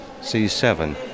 C7